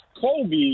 Kobe